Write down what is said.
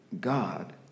God